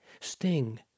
Sting